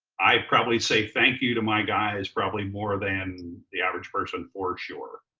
i'd probably say thank you to my guys probably more than the average person, for sure.